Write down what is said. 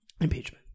impeachment